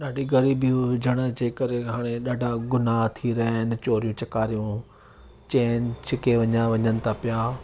ॾाढी ग़रीबी हुजण जे करे हाणे ॾाढा ग़ुनाह थी रहिया आहिनि चोरियूं चकारियूं चैन छिके वञा वञनि था पिया